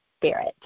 spirit